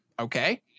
okay